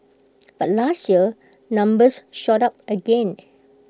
but last year numbers shot up again